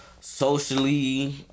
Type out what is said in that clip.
socially